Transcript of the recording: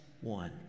one